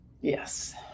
Yes